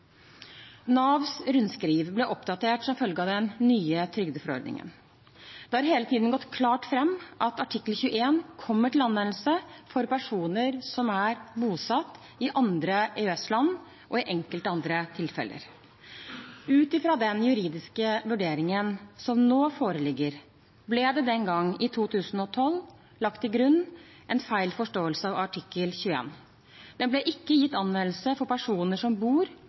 Navs rundskriv ble oppdatert som følge av den nye trygdeforordningen. Det har hele tiden gått klart fram at artikkel 21 kommer til anvendelse for personer som er bosatt i andre EØS-land, og i enkelte andre tilfeller. Ut fra den juridiske vurderingen som nå foreligger, ble det den gang, i 2012, lagt til grunn en feil forståelse av artikkel 21. Den ble ikke gitt anvendelse for personer som bor